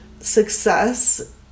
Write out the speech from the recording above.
success